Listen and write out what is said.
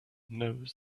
knows